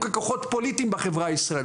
בתוך מערך ההשכלה